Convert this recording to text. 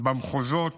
במחוזות